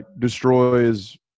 destroys